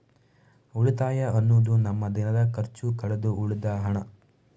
ಉಳಿತಾಯ ಅನ್ನುದು ನಮ್ಮ ದಿನದ ಖರ್ಚು ಕಳೆದು ಉಳಿದ ಹಣ